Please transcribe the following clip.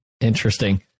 Interesting